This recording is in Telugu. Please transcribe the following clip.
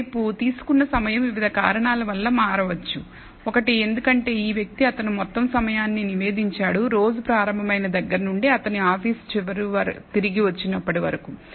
మరో వైపు తీసుకున్న సమయం వివిధ కారణాల వల్ల మారవచ్చు ఒకటి ఎందుకంటే ఈ వ్యక్తి అతను మొత్తం సమయాన్ని నివేదించాడు రోజు ప్రారంభమైన దగ్గర నుంచి అతను ఆఫీసు చివర తిరిగి వచ్చినప్పుడు వరకు